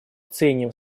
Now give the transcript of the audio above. ценим